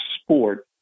sport